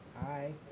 Hi